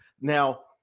Now